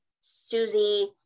Susie